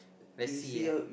let's see aye